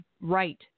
right